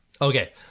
Okay